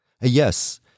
Yes